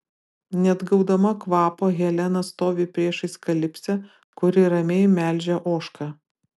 neatgaudama kvapo helena stovi priešais kalipsę kuri ramiai melžia ožką